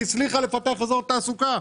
היא הצליחה לפתח אזור תעסוקה.